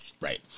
Right